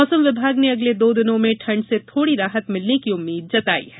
मौसम विभाग ने अगले दो दिनों में ठण्ड से थोड़ी राहत मिलने की उम्मीद जताई है